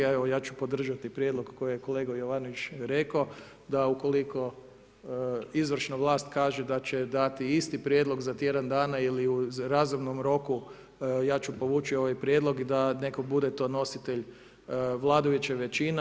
Evo ja ću podržati prijedlog kojeg je kolega Jovanović rekao, da ukoliko izvršna vlast kaže da će dati isti prijedlog za tjedan dana ili u razumnom roku ja ću povući ovaj prijedlog da netko bude to nositelj vladajuća većina.